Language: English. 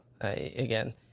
Again